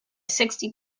sixty